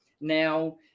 Now